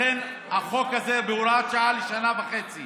לכן החוק הזה ניתן כהוראת שעה לשנה וחצי